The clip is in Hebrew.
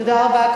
תודה רבה.